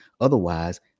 Otherwise